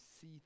see